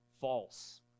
False